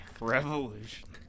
Revolution